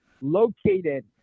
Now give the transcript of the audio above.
located